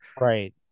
Right